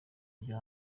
ibyo